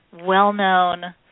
well-known